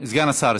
סגן השר.